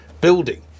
building